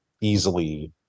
easily